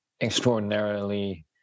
extraordinarily